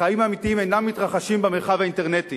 החיים האמיתיים אינם מתרחשים במרחב האינטרנטי